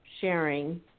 sharing